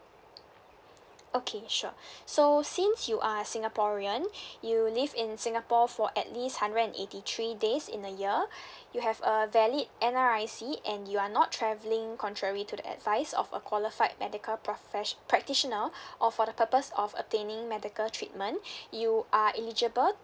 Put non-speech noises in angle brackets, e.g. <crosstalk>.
okay sure <breath> so since you are singaporean you live in singapore for at least hundred and eighty three days in a year <breath> you have a valid N_R_I_C and you are not travelling contrary to the advice of a qualified medical profe~ practitioner <breath> or for the purpose of attaining medical treatment <breath> you are eligible